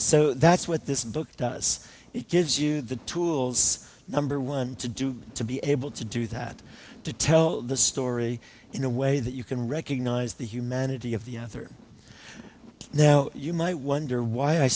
so that's what this book does it gives you the tools number one to do to be able to do that to tell the story in a way that you can recognize the humanity of the other now you might wonder why i